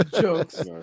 jokes